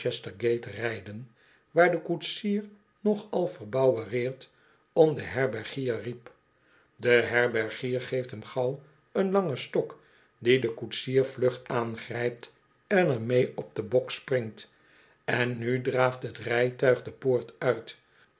rijden waar de koetsier nog ai verbouwereerd om den herbergier riep de herbergier geeft hem gauw een langen stok dien de koetsier vlug aangrijpt en er mee op den bok springt en nu draaft het rijtuig de poort uit